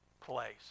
place